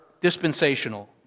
dispensational